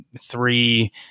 three